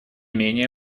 менее